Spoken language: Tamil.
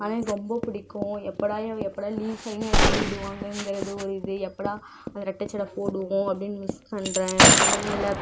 அதெலாம் எனக்கு ரொம்ப பிடிக்கும் எப்படா ஏ எப்படா லீவ் சனி ஞாயிறு லீவ் விடுவாங்க இந்த இது ஒரு இது எப்படா அந்த ரெட்டச்சடை போடுவோம் அப்படின்னு மிஸ் பண்ணுறேன் பிள்ளைங்கள